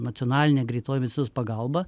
nacionalinė greitoji medicinos pagalba